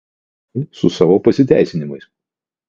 gali eit nachui su savo pasiteisinimais